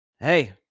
hey